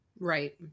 Right